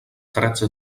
tretze